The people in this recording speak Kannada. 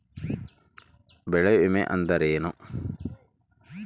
ಬೆಳೆ ವಿಮೆ ಅಂದರೇನು?